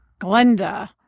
Glenda